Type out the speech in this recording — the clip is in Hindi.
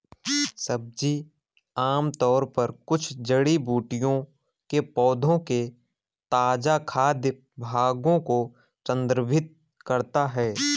सब्जी आमतौर पर कुछ जड़ी बूटियों के पौधों के ताजा खाद्य भागों को संदर्भित करता है